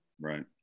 Right